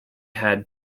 had